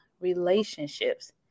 relationships